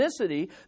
ethnicity